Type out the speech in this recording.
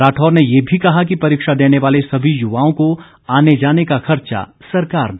राठौर ने ये भी कहा कि परीक्षा देने वाले सभी युवाओं को आने जाने का खर्चा सरकार दे